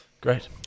Great